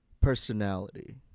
personality